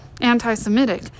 Anti-Semitic